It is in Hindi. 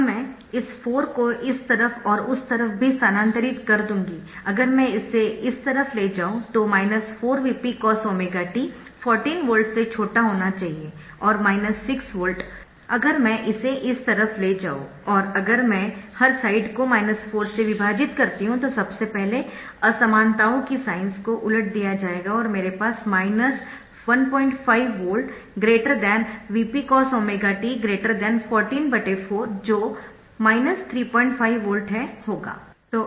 अब मैं इस 4 को इस तरफ और उस तरफ भी स्थानांतरित कर दूंगी अगर मैं इसे इस तरफ ले जाऊं तो 4Vp cos⍵t 14 वोल्ट से छोटा होना चाहिए और 6 वोल्ट अगर मैं इसे उस तरफ ले जाऊं और अगर मैं हर साइड को 4 से विभाजित करती हूं तो सबसे पहले असमानताओं की साइंस को उलट दिया जाएगा और मेरे पास 15 V Vp cos⍵t 144 जो 35 वोल्ट है होगा